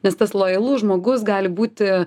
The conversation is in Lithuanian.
nes tas lojalus žmogus gali būti